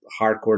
hardcore